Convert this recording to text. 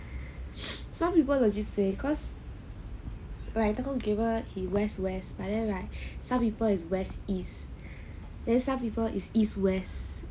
some people legit suay cause he west west but then like some people is west east then some people is east west